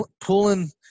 pulling